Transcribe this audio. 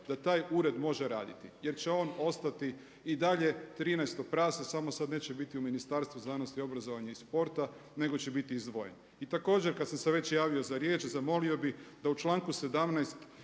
da taj ured može raditi jer će on ostati i dalje trinaesto prase samo sad neće biti u Ministarstvu znanosti, obrazovanja i sporta nego će biti izdvojen. I također kad sam se već javio za riječ zamolio bi da u članku 17.